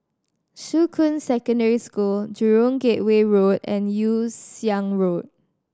Shuqun Secondary School Jurong Gateway Road and Yew Siang Road